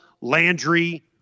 Landry